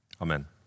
Amen